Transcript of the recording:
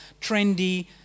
trendy